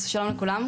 אז שלום לכולם,